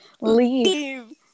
Leave